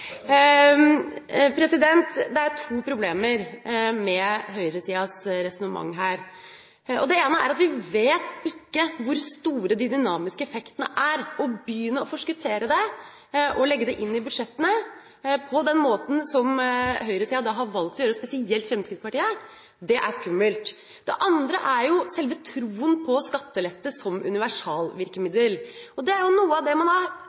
f.eks.! Det er to problemer med høyresidas resonnement her. Det ene er at vi ikke vet hvor store de dynamiske effektene er. Å begynne å forskuttere dem og legge dem inn i budsjettene på den måten som høyresida har valgt å gjøre, spesielt Fremskrittspartiet, er skummelt. Det andre er selve troen på skattelette som universalvirkemiddel. Det er noe av det man nettopp har